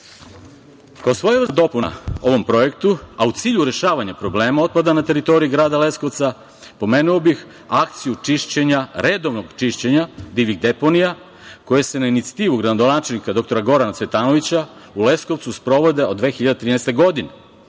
svojevrsna dopuna ovom projektu, a u cilju rešavanja problema otpada na teritoriji grada Leskovca pomenuo bih akciju čišćenja, redovnog čišćenja divljih deponija koje se na inicijativu gradonačelnika, dr Gorana Cvetanovića, u Leskovcu sprovode od 2013. godine.